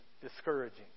discouraging